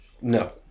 No